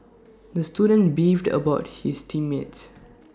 the student beefed about his team mates